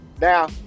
now